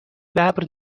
ببر